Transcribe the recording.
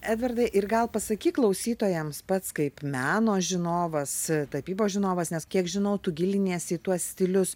edvardai ir gal pasakyk klausytojams pats kaip meno žinovas tapybos žinovas nes kiek žinau tu giliniesi į tuos stilius